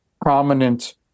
prominent